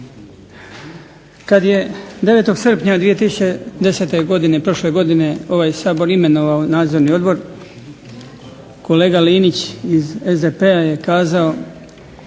Kada je 9. Srpnja 2010. Godine prošle godine, ovaj Sabor imenovao Nadzorni odbor kolega Linić iz SDP-a je kazao